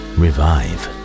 revive